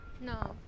No